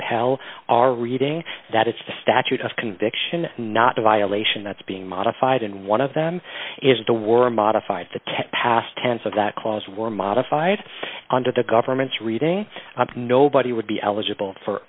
el are reading that it's the statute of conviction not a violation that's being modified and one of them is the were modified to ten past tense of that clause were modified under the government's reading nobody would be eligible for